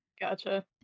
Gotcha